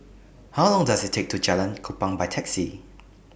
How Long Does IT Take to get to Jalan Kupang By Taxi